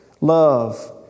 love